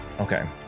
Okay